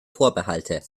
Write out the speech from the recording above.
vorbehalte